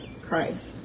Christ